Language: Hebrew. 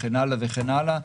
וכן הלאה וכן הלאה.